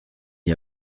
n’y